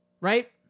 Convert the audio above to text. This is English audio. Right